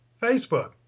facebook